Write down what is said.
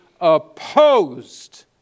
opposed